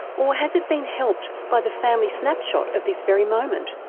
or has it been helped by the family snapshot of this very moment?